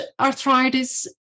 arthritis